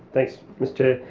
thanks, mr